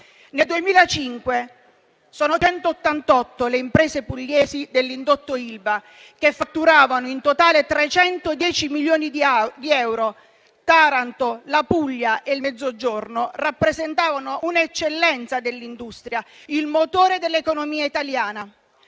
Nel 2005 sono 188 le imprese pugliesi dell'indotto Ilva che fatturavano in totale 310 milioni di euro. Taranto, la Puglia e il Mezzogiorno rappresentavano un'eccellenza dell'industria, il motore dell'economia italiana.